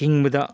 ꯍꯤꯡꯕꯗ